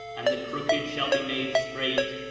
and the crooked shall be made straight,